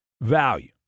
value